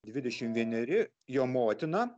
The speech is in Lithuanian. dvidešimt vieneri jo motina